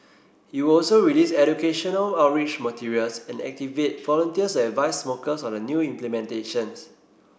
it will also release educational outreach materials and activate volunteers and advise smokers on the new implementation